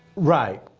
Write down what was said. right.